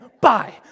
bye